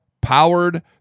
Powered